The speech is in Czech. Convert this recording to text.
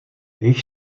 již